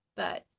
but,